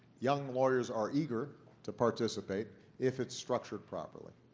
young lawyers are eager to participate if it's structured properly.